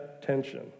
tension